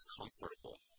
comfortable